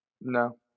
No